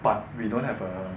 but we don't have a